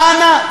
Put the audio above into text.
אנא,